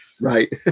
Right